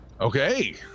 Okay